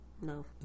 No